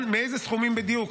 מהיכן ומאיזה סכומים בדיוק,